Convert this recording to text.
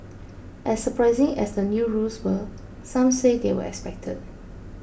as surprising as the new rules were some say they were expected